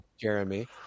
Jeremy